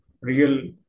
real